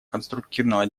конструктивного